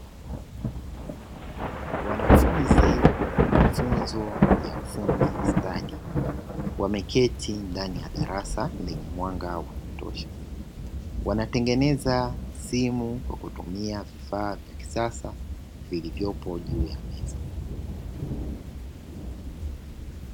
Wanafunzi wa mafunzo ya ufundi stadi, wameketi ndani ya darasa lenye mwanga wa kutosha, wanatengeneza simu kwa kutumia vifaa vya kisasa vilivyopo juu ya meza.